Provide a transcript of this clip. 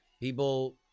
People